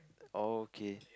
oh okay